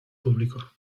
público